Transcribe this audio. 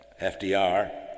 FDR